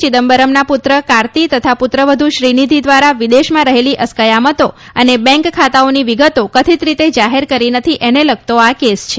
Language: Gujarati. ચિદંબરમના પુત્ર કાર્તિ તથા પુત્રવધ્ શ્રીનીધિ દ્વારા વિદેશમાં રહેલી અસ્કયામતો અને બેંક ખાતાઓની વિગતો કથીત રીતે જાહેર કરી નથી એને લગતો આ કેસ છે